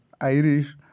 Irish